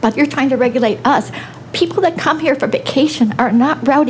but you're trying to regulate us people that come here for a bit cation are not pro